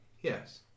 Yes